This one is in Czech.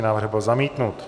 Návrh byl zamítnut.